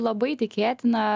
labai tikėtina